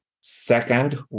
Second